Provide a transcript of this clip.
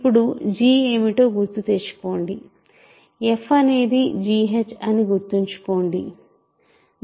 ఇప్పుడు g ఏమిటో గుర్తుతెచ్చుకోండి f అనేది g h అని గుర్తుంచుకోండి